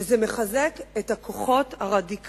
וזה מחזק את הכוחות הרדיקליים,